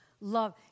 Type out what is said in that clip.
love